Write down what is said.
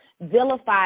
Vilified